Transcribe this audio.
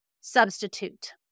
Substitute